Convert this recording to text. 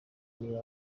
niba